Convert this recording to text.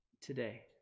today